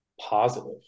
positive